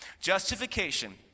justification